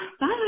Bye